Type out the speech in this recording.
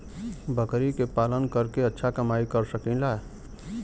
बकरी के पालन करके अच्छा कमाई कर सकीं ला?